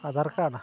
Aadhaar card